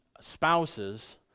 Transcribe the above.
spouses